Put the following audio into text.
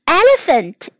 elephant